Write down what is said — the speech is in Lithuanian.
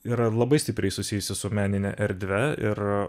yra labai stipriai susijusi su menine erdve ir